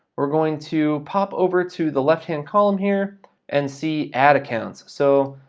we're going to pop over to the left hand column here and see ad accounts. so,